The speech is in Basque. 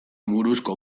buruzko